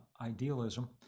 idealism